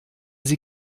sie